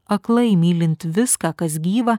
aklai mylint viską kas gyva